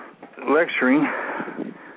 lecturing